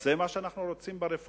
אז זה מה שאנחנו רוצים ברפורמה?